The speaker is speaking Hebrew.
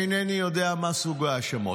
אינני יודע מה סוג ההאשמות.